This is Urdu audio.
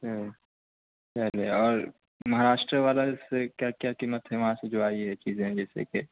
اچھا چلیئے اور مہاراشٹرا والا جیسے کیا کیا قیمت ہے وہاں سے جو آئی ہے چیزیں جیسے کہ